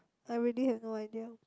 I really have no idea